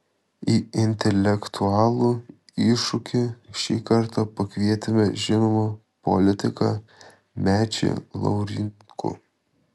į intelektualų iššūkį šį kartą pakvietėme žinomą politiką mečį laurinkų